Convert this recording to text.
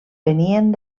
venien